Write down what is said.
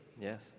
Yes